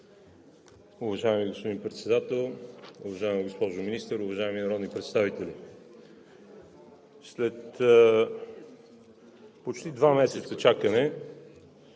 Уважаеми господин Председател, уважаема госпожо министър, уважаеми народни представители! След почти два месеца чакане